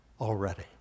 already